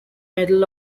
medal